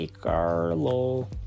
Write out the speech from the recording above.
Carlo